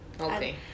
Okay